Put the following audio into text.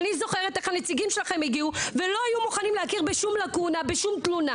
אני זוכרת שהנציגים שלכם הגיעו ולא היו מוכנים באף לקונה ובאף תלונה.